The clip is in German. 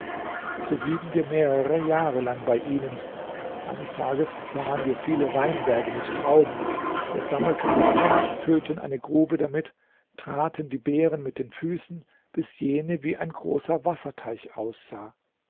so blieben wir mehrere jahre lang bei ihnen eines tages sahen wir viele weinberge mit trauben wir sammelten davon füllten eine grube damit und traten die beeren mit den füßen bis jene wie ein großer wasserteich aussah